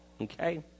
Okay